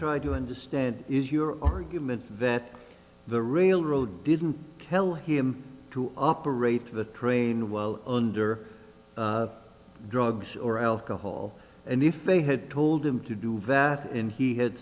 try to understand is your argument that the railroad didn't kill him to operate the train while under drugs or alcohol and if they had told him to do vatanen he had